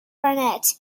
barnett